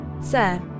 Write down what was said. sir